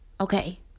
okay